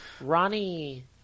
Ronnie